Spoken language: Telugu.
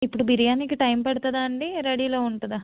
ఇప్పుడు బిర్యానీకి టైం పడుతుందా అండి రెడీలో ఉంటుందా